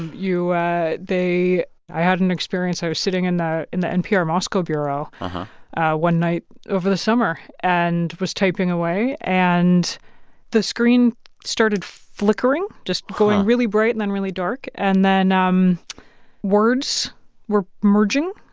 you they i had an experience. i was sitting in the in the npr moscow bureau one night over the summer and was typing away, and the screen started flickering, just going really bright and then really dark. and then um words were merging.